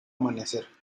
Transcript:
amanecer